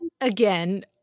again